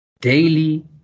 daily